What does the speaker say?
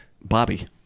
Bobby